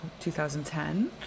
2010